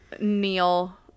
neil